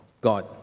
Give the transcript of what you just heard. God